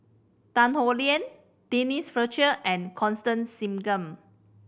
Tan Howe Liang Denise Fletcher and Constance Singam